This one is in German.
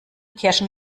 kirschen